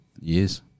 years